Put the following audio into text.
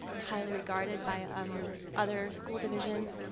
highly regarded by um other school divisions.